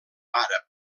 àrab